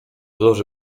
loży